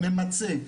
ממצה,